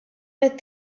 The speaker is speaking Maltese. mit